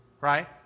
right